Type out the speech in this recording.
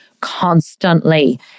constantly